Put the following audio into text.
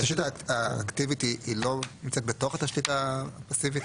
התשתית האקטיבית לא נמצאת בתוך התשתית הפסיבית?